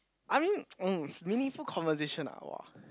I mean um meaningful conversation ah !wah!